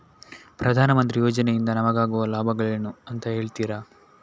ಪ್ರಧಾನಮಂತ್ರಿ ಯೋಜನೆ ಇಂದ ನಮಗಾಗುವ ಲಾಭಗಳೇನು ಅಂತ ಹೇಳ್ತೀರಾ?